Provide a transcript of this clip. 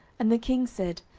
and the king said,